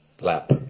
lap